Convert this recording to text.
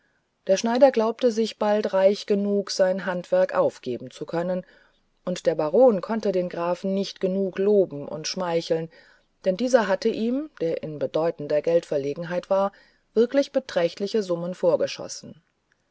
der schneider glaubte sich bald reich genug sein handwerk aufgeben zu können und der baron konnte den grafen nicht genug loben und schmeicheln denn dieser hatte ihm der in bedeutender geldverlegenheit war wirklich beträchtliche summen vorgeschossen